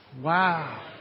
Wow